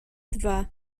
dwa